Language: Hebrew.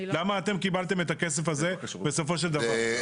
למה אתם קיבלתם את הכסף הזה בסופו של דבר?